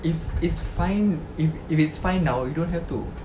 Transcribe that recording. if it's fine if if it's fine now you don't have to